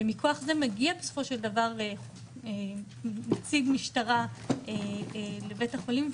ומכוח זה מגיע בסופו של דבר נציג משטרה לבית החולים.